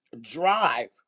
drive